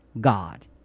God